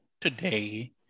today